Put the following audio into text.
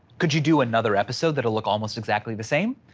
could you do another episode that will look almost exactly the same?